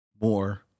more